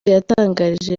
yatangarije